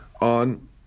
on